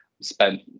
spent